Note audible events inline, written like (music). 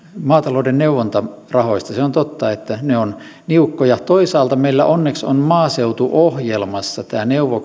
maatalouden neuvontarahoista se on totta että ne ovat niukkoja toisaalta meillä onneksi on maaseutuohjelmassa tämä neuvo (unintelligible)